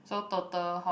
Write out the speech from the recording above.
so total how